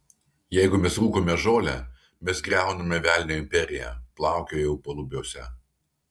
jeigu mes rūkome žolę mes griauname velnio imperiją plaukiojau palubiuose